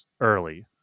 early